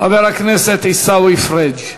חבר הכנסת עיסאווי פריג'.